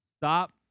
Stop